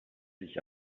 sich